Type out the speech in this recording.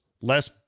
less